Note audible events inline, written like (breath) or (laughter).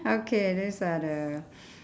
okay these are the (breath)